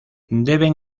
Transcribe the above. deben